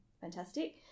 fantastic